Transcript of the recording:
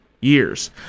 Years